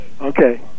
Okay